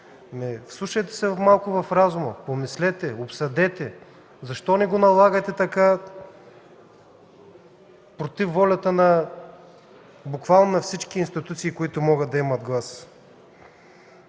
Вслушайте се малко в разума, помислете, обсъдете. Защо ни го налагате против волята буквално на всички институции, които могат да имат глас?!